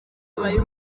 bari